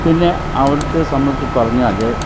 പിന്നെ അവിടത്തെ സംബന്ധിച്ച് പറഞ്ഞാൽ